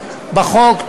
בחוק.